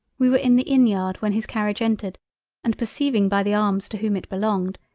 we were in the inn-yard when his carriage entered and perceiving by the arms to whom it belonged,